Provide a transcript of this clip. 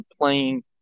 playing –